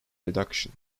reduction